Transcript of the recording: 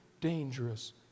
dangerous